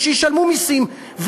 ושישלמו מסים,